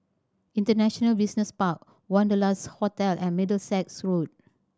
International Business Park Wanderlust Hotel and Middlesex Road